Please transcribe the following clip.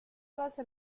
basa